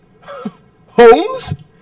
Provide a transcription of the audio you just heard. Holmes